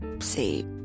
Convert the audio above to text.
say